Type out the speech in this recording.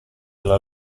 alla